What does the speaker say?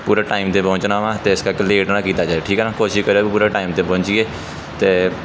ਪੂਰਾ ਟਾਈਮ 'ਤੇ ਪਹੁੰਚਣਾ ਵਾ ਅਤੇ ਇਸ ਕਰਕੇ ਲੇਟ ਨਾ ਕੀਤਾ ਜਾਏ ਠੀਕ ਆ ਨਾ ਕੋਸ਼ਿਸ਼ ਕਰਿਓ ਵੀ ਪੂਰਾ ਟਾਈਮ 'ਤੇ ਪਹੁੰਚੀਏ ਅਤੇ